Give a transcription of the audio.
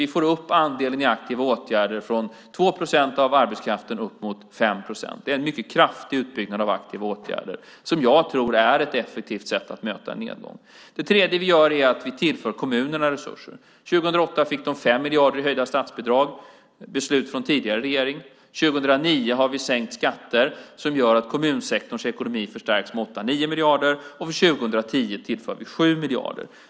Vi får upp andelen i aktiva åtgärder från 2 procent av arbetskraften till uppemot 5 procent. Det är en mycket kraftig utbyggnad av aktiva åtgärder som jag tror är ett effektivt sätt att möta en nedgång. Det tredje vi gör är att vi tillför kommunerna resurser. År 2008 fick de 5 miljarder i höjda statsbidrag genom beslut från tidigare regering. År 2009 har vi sänkt skatter som gör att kommunsektorns ekonomi förstärks med 8-9 miljarder. För 2010 tillför vi 7 miljarder.